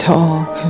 Talk